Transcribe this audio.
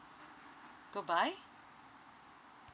goodbye